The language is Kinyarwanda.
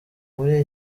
muri